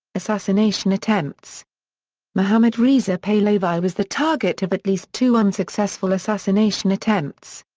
assassination attempts mohammad reza pahlavi was the target of at least two unsuccessful assassination attempts.